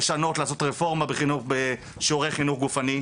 בניית רפורמה על מנת לשנות את המצב בשיעורי החינוך הגופני.